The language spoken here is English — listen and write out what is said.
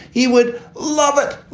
he would love it.